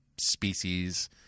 species